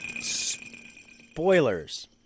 Spoilers